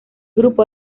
grupo